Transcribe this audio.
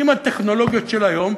עם הטכנולוגיות של היום,